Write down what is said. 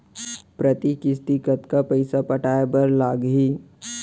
प्रति किस्ती कतका पइसा पटाये बर लागही?